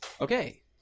Okay